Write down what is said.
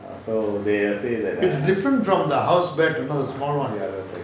it's different from the house bat you know the small [one]